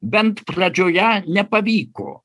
bent pradžioje nepavyko